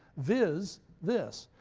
viz. this.